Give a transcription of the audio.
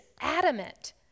adamant